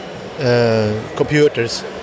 computers